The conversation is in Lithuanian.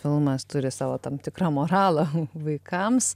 filmas turi savo tam tikrą moralą vaikams